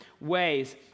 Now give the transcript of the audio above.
ways